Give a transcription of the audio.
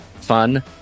fun